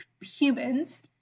humans